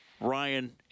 Ryan